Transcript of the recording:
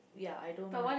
ya I don't mind